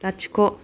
लाथिख'